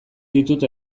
ditut